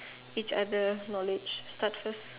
each other knowledge start first